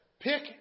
pick